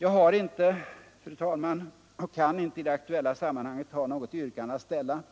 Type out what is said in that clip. Fru talman! Jag har inte och kan inte i det aktuella sammanhanget ha något yrkande att ställa,